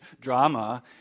drama